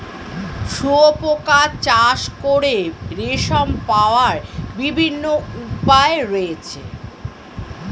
শুঁয়োপোকা চাষ করে রেশম পাওয়ার বিভিন্ন উপায় রয়েছে